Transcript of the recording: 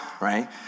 right